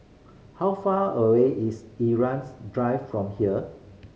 how far away is Irau Drive from here